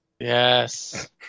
Yes